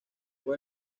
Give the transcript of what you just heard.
fue